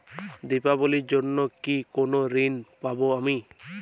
দীপাবলির জন্য কি কোনো ঋণ পাবো আমি?